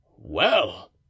Well